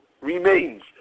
remains